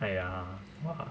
!aiya! !wah!